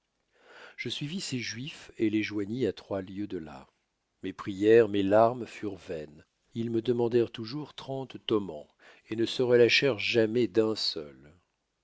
je suivis ces juifs et les joignis à trois lieues de là mes prières mes larmes furent vaines ils me demandèrent toujours trente tomans et ne se relâchèrent jamais d'un seul